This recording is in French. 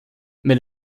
mais